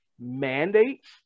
mandates